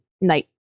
Night